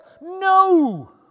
No